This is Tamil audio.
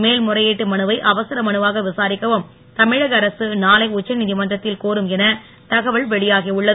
மேல்முறையீட்டு மனுவை அவசர மனுவாக விசாரிக்கவும் தமிழக அரசு நாளை உச்ச நீதமன்றத்தில் கோரும் என தகவல் வெளியாகியுள்ளது